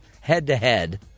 head-to-head